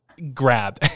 grab